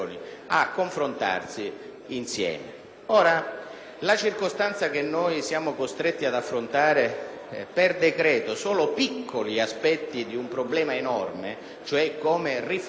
Il fatto che siamo costretti ad affrontare per decreto solo piccoli aspetti di un problema enorme, cioè come riformare il sistema della ricerca e dell'università